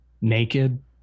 naked